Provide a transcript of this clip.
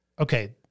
okay